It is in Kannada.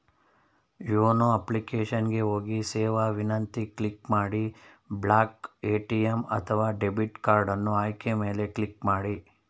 ಯೋನೋ ಅಪ್ಲಿಕೇಶನ್ ಗೆ ಹೋಗಿ ಸೇವಾ ವಿನಂತಿ ಕ್ಲಿಕ್ ಮಾಡಿ ಬ್ಲಾಕ್ ಎ.ಟಿ.ಎಂ ಅಥವಾ ಡೆಬಿಟ್ ಕಾರ್ಡನ್ನು ಆಯ್ಕೆಯ ಮೇಲೆ ಕ್ಲಿಕ್ ಮಾಡಿ